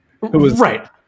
Right